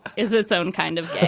is its own kind of